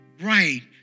right